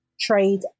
Trade